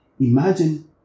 Imagine